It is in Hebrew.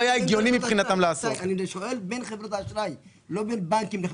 שינה את דעתו בעקבות השימוע שנערך לבנק דיסקונט,